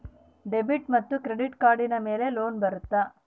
Debit ಮತ್ತು credit ಕಾರ್ಡಿನ ಮೇಲೆ ಲೋನ್ ಬರುತ್ತಾ?